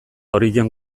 horien